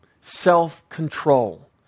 self-control